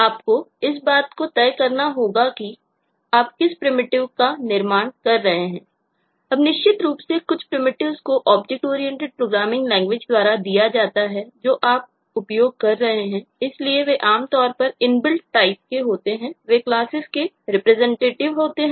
तो इस तरह से पर्याप्ततासफिसिएन्सी होते हैं